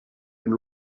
been